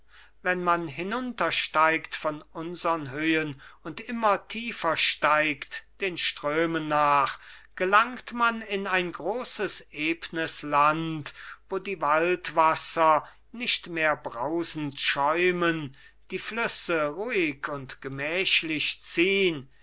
wenn man hinuntersteigt von unsern höhen und immer tiefer steigt den strömen nach gelangt man in ein grosses ebnes land wo die waldwasser nicht mehr brausend schäumen die flüsse ruhig und gemächlich ziehn